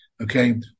okay